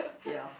ya